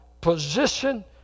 position